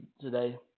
today